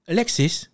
Alexis